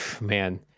man